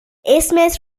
اسمت